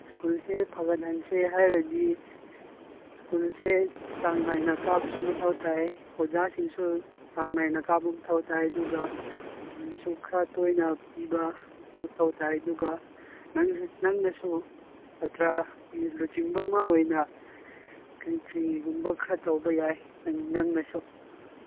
ꯁ꯭ꯀꯨꯜꯁꯦ ꯐꯒꯠꯍꯟꯁꯦ ꯍꯥꯏꯔꯗꯤ ꯁꯀꯨꯜꯁꯦ ꯆꯥꯡ ꯅꯥꯢꯅ ꯀꯥꯕꯁꯨ ꯃꯊꯧ ꯇꯥꯏ ꯑꯣꯖꯥꯁꯤꯡꯁꯨ ꯆꯥꯡꯅꯥꯏꯅ ꯀꯥꯕ ꯃꯊꯧ ꯇꯥꯏ ꯑꯗꯨꯒ ꯐꯤꯁꯨ ꯈꯔ ꯇꯣꯏꯅ ꯄꯤꯕ ꯃꯊꯧ ꯇꯥꯏ ꯑꯗꯨꯒ ꯅꯪꯁꯨ ꯅꯪꯅꯁꯨ ꯁꯥꯇ꯭ꯔꯒꯤ ꯂꯨꯆꯤꯡꯕ ꯑꯃ ꯑꯣꯏꯅ ꯀꯔꯤ ꯀꯔꯤꯒꯨꯝꯕ ꯈꯔ ꯇꯧꯕ ꯌꯥꯏ ꯅꯪꯅꯁꯨ